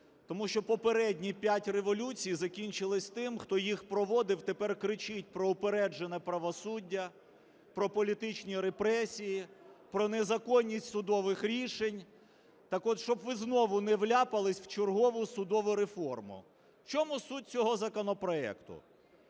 тому що попередні п'ять революцій закінчились тим, хто їх проводив, тепер кричить про упереджене правосуддя, про політичні репресії, про незаконність судових рішень. Так от, щоб ви знову не вляпались в чергову судову реформу. В чому суть цього законопроекту?